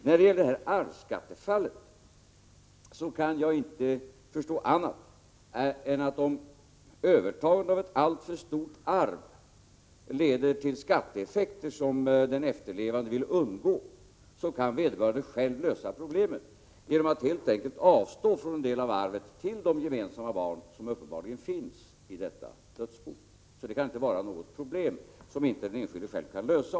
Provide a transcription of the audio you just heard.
När det gäller arvsskattefallet kan jag inte förstå annat än att om någon övertar alltför stort arv, som leder till skatteeffekter som den efterlevande vill undgå, kan vederbörande själv lösa problemet genom att helt enkelt avstå från en del av arvet till förmån för de gemensamma barn som uppenbarligen finns i detta dödsbo. Det kan alltså inte vara något problem, som den enskilde inte själv kan lösa.